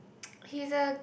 he's a